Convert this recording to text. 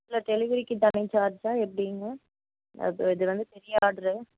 இல்லை டெலிவரிக்கு தனி சார்ஜா எப்படிங்க இல்லை அது இது வந்து பெரிய ஆர்டரு